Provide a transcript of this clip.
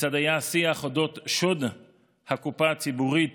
כיצד היה השיח על אודות שוד הקופה הציבורית